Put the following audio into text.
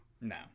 No